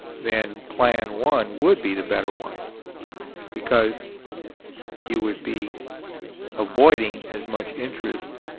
then plan one would be the better one because you would be avoiding as much interest